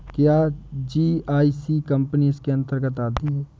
क्या GIC company इसके अन्तर्गत आती है?